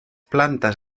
plantes